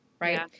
Right